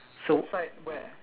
so